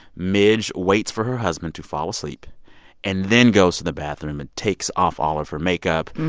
midge waits for her husband to fall asleep and then goes to the bathroom and takes off all of her makeup,